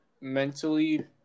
mentally